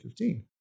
2015